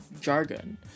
jargon